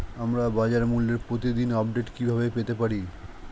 আমরা বাজারমূল্যের প্রতিদিন আপডেট কিভাবে পেতে পারি?